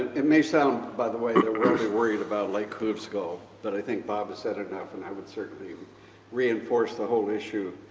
it may sound, by the way, that we're only worried about lake hovsgol, but i think bob has said enough, and i would certainly reinforce the whole issue,